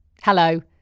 Hello